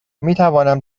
میتوانم